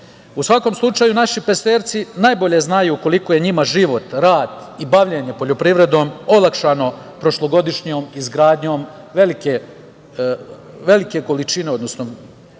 svakom slučaju, naši Pešterci najbolje znaju koliko je njima život, rad i bavljenje poljoprivredom olakšano prošlogodišnjom izgradnjom velike količine, odnosno